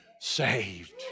saved